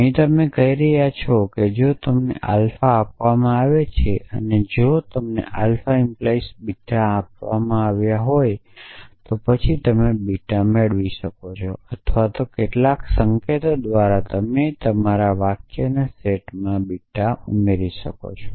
અહી તમે કહી રહ્યા છો કે જો તમને આલ્ફા આપવામાં આવે છે અને જો તમને આલ્ફા 🡪 બીટા આપ્યા હોય તો પછી તમે બીટા મેળવી શકો છો અથવા કેટલાક સંકેતો દ્વારા તમે તમારા વાક્યોના સેટમાં બીટા ઉમેરી શકો છો